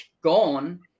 gone